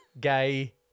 gay